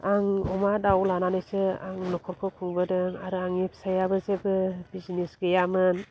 आं अमा दाउ लानानैसो आं नखरखौ खुंबोदों आरो आंनि फिसाइयाबो जेबो बिजिनेस गैयामोन